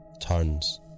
Turns